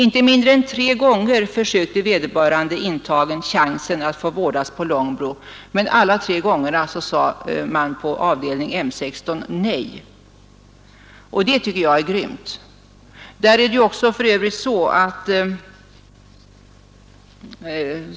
Inte mindre än tre gånger försökte vederbörande få chansen att vårdas på Långbro, men alla tre gångerna sade man nej på avdelning M 16. Det tycker jag är grymt.